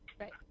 Right